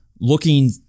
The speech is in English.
looking